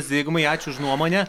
zigmai ačiū už nuomonę